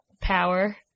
power